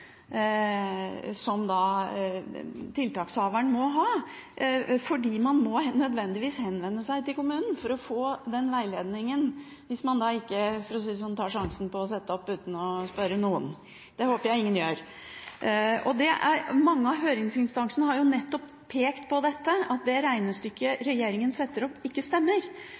tiltakshaveren må ha. For man må nødvendigvis henvende seg til kommunen for å få den veiledningen, hvis man da ikke – for å si det sånn – tar sjansen på å sette opp noe uten å spørre noen. Det håper jeg ingen gjør. Mange av høringsinstansene har nettopp pekt på dette, at det regnestykket regjeringen setter opp, ikke stemmer.